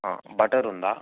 butter ఉందా